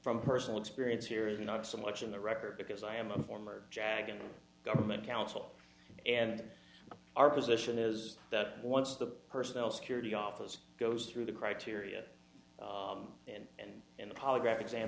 from personal experience here is not so much in the record because i am a former jag and government counsel and our position is that once the personnel security office goes through the criteria and in the polygraph exam